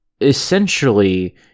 essentially